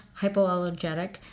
hypoallergenic